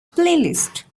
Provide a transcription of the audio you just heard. playlist